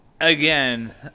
Again